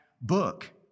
book